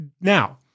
now